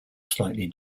slightly